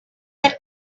that